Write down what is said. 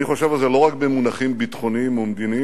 אני חושב על זה לא רק במונחים ביטחוניים או מדיניים.